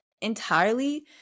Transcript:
entirely